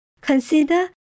Consider